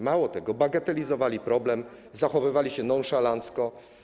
Mało tego, bagatelizowali problem, zachowywali się nonszalancko.